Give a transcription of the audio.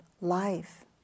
life